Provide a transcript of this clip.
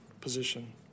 position